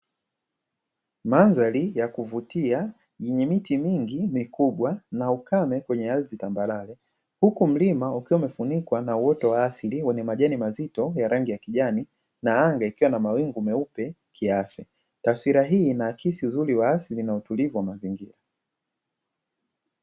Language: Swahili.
Mandhari ya kuvutia yenye miti mingi mikubwa na ukame kwenye ardhi tambarare, huku mlima ukiwa umefunikwa na uoto wa asili wenye majani mazito ya rangi ya kijani na anga ikiwa na mawingu meupe kiasi. Taswira hii inaakisi uzuri wa asili na utulivu wa mazingira.